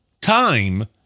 time